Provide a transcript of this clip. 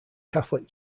catholic